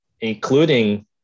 including